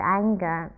anger